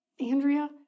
Andrea